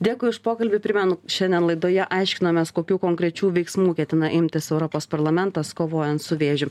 dėkui už pokalbį primenu šiandien laidoje aiškinomės kokių konkrečių veiksmų ketina imtis europos parlamentas kovojant su vėžiu